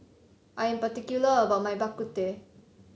I am particular about my Bak Kut Teh